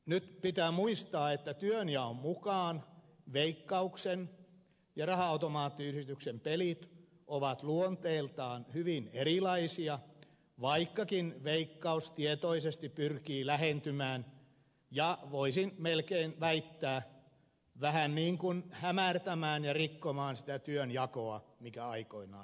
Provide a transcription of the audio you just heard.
nyt pitää muistaa että työnjaon mukaan veikkauksen ja raha automaattiyhdistyksen pelit ovat luonteeltaan hyvin erilaisia vaikkakin veikkaus tietoisesti pyrkii lähentymään ja voisin melkein väittää vähän niin kuin hämärtämään ja rikkomaan sitä työnjakoa mikä aikoinaan on sovittu